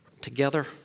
together